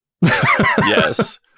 Yes